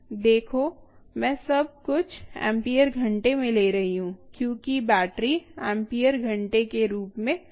देखो मैं सब कुछ एम्पीयर घंटे में ले रही हूँ क्योंकि बैटरी एम्पीयर घंटे के रूप में उपलब्ध हैं